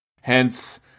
hence